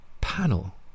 panel